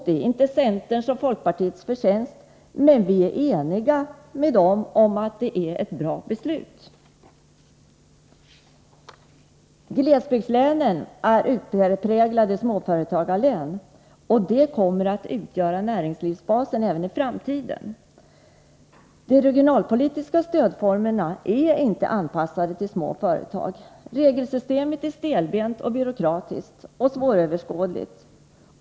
Det är inte centerns och folkpartiets förtjänst, men vi är eniga med dem om att det är ett bra förslag. Glesbygdslänen är utpräglade småföretagarlän, och småföretagen kommer att utgöra näringslivsbasen även i framtiden. De regionalpolitiska stödformerna är inte anpassade till små företag. Regelsystemet är stelbent, byråkratiskt och svåröverskådligt.